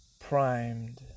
primed